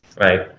Right